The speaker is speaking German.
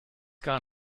gar